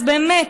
אז באמת,